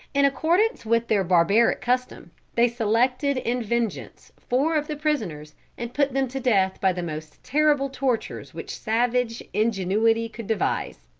in accordance with their barbaric custom, they selected in vengeance four of the prisoners and put them to death by the most terrible tortures which savage ingenuity could devise.